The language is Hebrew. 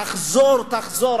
תחזור, תחזור.